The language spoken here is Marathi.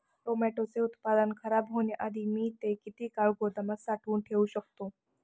टोमॅटोचे उत्पादन खराब होण्याआधी मी ते किती काळ गोदामात साठवून ठेऊ शकतो?